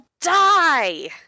die